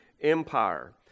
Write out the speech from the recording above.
empire